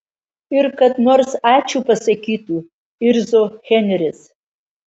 ir kad nors ačiū pasakytų irzo henris